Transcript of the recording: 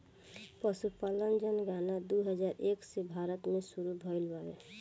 पसुपालन जनगणना दू हजार एक से भारत मे सुरु भइल बावे